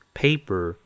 paper